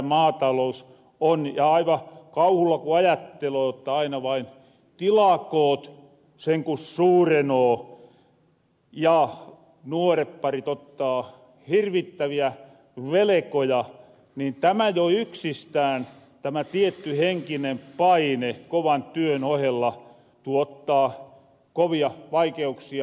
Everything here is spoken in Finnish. aivan kauhulla ku ajatteloo jotta aina vain tilakoot sen ku suurenoo ja nuoret parit ottaa hirvittäviä velekoja niin tämä jo yksistään tämä tietty henkinen paine kovan työn ohella tuottaa kovia vaikeuksia